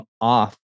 off